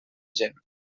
gent